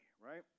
right